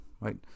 right